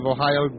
Ohio